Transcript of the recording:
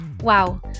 Wow